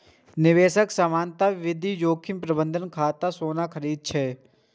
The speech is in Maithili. निवेशक सामान्यतः विविध जोखिम प्रबंधन खातिर सोना खरीदै छै